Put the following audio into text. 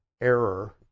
error